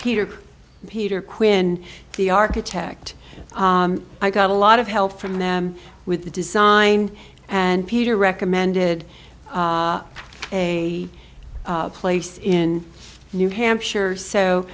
peter peter quinn the architect i got a lot of help from them with the design and peter recommended a place in new hampshire so